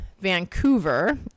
Vancouver